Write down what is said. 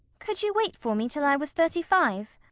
could you wait for me till i was thirty-five?